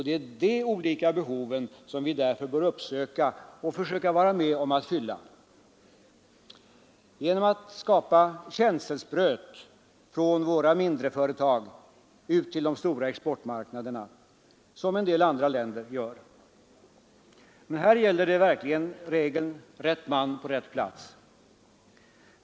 Det är de olika behoven som vi därför bör uppsöka och försöka vara med om att fylla genom att skapa känselspröt från våra mindreföretag till de olika exportmarknaderna, såsom en del andra länder gör. Men här gäller verkligen regeln: Rätt man på rätt plats!